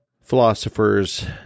philosophers